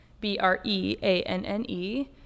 B-R-E-A-N-N-E